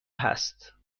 هست